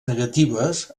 negatives